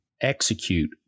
execute